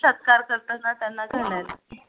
सत्कार करताना त्यांना घालायला